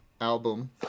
album